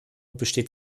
besteht